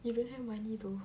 you don't have money though